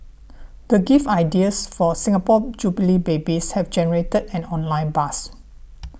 the gift ideas for Singapore Jubilee babies have generated an online buzz